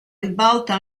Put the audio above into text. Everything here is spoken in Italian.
ribalta